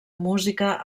música